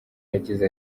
yagize